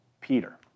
Peter